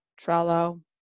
Trello